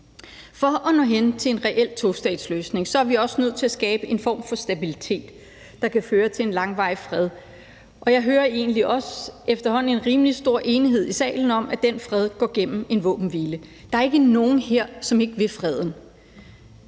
For at nå hen til en reel tostatsløsning er vi også nødt til at skabe en form for stabilitet, der kan føre til en langvarig fred. Og jeg hører egentlig efterhånden også en rimelig stor enighed i salen om, at den fred går gennem en våbenhvile. Der er ikke nogen her, som ikke vil freden.